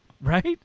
Right